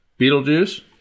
Beetlejuice